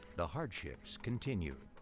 the hardships continued.